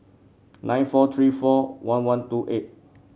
nine four three four one one two eight